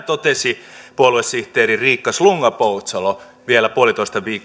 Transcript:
totesi puoluesihteeri riikka slunga poutsalo vielä puolitoista